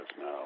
now